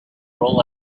roll